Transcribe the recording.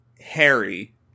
Harry